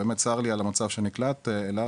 באמת צר לי על המצב שנקלעת אליו.